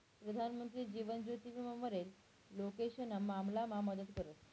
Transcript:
प्रधानमंत्री जीवन ज्योति विमा मरेल लोकेशना मामलामा मदत करस